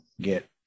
get